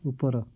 ଉପର